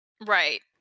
Right